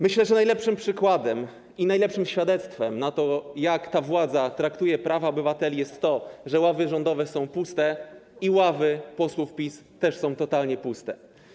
Myślę, że najlepszym przykładem i najlepszym świadectwem tego, jak ta władza traktuje prawa obywateli, jest to, że ławy rządowe są puste i ławy posłów PiS też są totalnie puste.